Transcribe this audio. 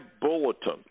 bulletin